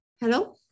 Hello